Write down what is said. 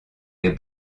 les